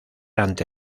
ante